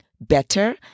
better